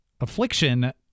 affliction